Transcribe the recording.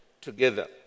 together